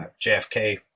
JFK